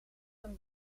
een